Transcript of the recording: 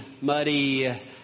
muddy